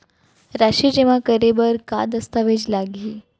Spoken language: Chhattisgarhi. राशि जेमा करे बर का दस्तावेज लागही?